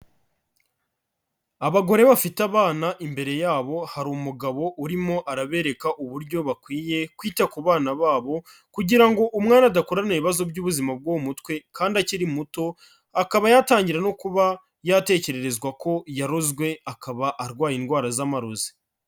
Abagore bafite abana, imbere yabo hari umugabo urimo arabereka uburyo bakwiye kwita ku bana babo kugira ngo umwana adakurana ibibazo by'ubuzima bwo mu mutwe kandi akiri muto, akaba yatangira no kuba yatekererezwa ko yarozwe akaba arwaye indwara z'amarozi.